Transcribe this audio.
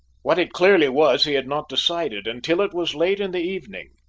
what it clearly was he had not decided until it was late in the evening,